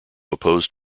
opposed